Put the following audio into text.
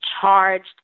charged